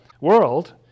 world